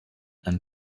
and